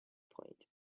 point